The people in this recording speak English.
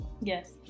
Yes